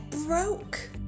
broke